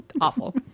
Awful